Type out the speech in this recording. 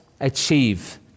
achieve